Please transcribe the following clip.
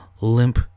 Limp